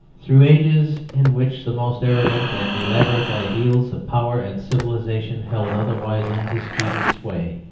through ages in which the most arrogant and elaborate ideals of power and civilization held otherwise undisputed sway,